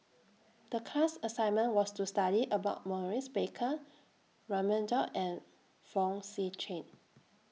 The class assignment was to study about Maurice Baker Raman Daud and Fong Sip Chee